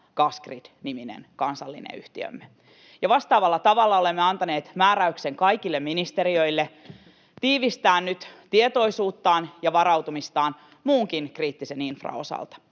Gasgrid-niminen kansallinen yhtiömme. Vastaavalla tavalla olemme antaneet määräyksen kaikille ministeriöille tiivistää nyt tietoisuuttaan ja varautumistaan muunkin kriittisen infran osalta.